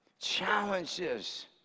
challenges